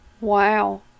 Wow